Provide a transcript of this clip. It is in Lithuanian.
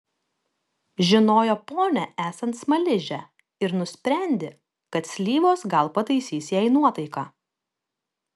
žinojo ponią esant smaližę ir nusprendė kad slyvos gal pataisys jai nuotaiką